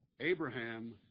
Abraham